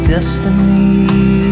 Destiny